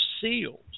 sealed